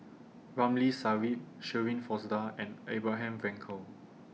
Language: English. Ramli Sarip Shirin Fozdar and Abraham Frankel